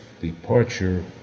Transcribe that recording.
departure